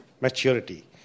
maturity